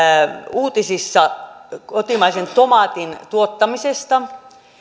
uutisissa kotimaisen tomaatin tuottamisesta